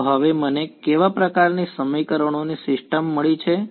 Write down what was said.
તો હવે મને કેવા પ્રકારની સમીકરણોની સિસ્ટમ મળી છે